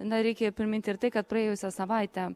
na reikia priminti ir tai kad praėjusią savaitę